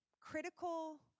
critical